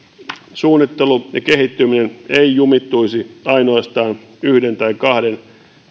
suunnittelu ja kehittyminen ei jumittuisi ainoastaan yhden tai kahden